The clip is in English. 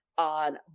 On